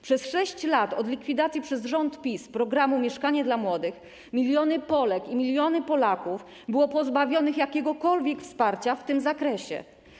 Przez 6 lat od likwidacji przez rząd PiS programu „Mieszkanie dla młodych” miliony Polek i miliony Polaków było pozbawionych jakiekolwiek wsparcia w tym zakresie.